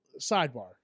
Sidebar